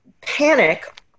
panic